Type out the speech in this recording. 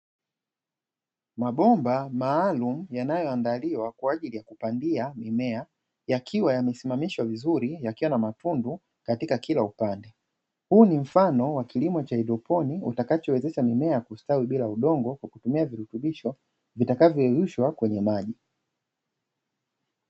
Mabomba maalum yanayoandaliwa kwa ajili ya kupandia mimea yakiwa yamesimamishwa vizuri yakiwa na matundu katika kila upande. huu ni mfano wa kilimo cha haidroponiki utakaowezesha mimea kustawi bila udongo kwa kutumia virutubisho vitakavyo yeyushwa kwenye maji.